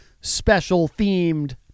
special-themed